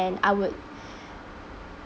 and I would